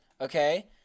Okay